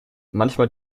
manchmal